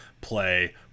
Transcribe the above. play